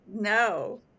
No